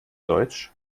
deutsch